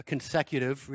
Consecutive